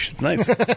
nice